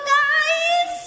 guys